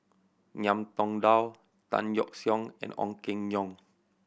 Ngiam Tong Dow Tan Yeok Seong and Ong Keng Yong